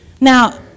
Now